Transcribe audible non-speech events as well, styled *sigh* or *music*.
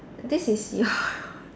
this is your *laughs*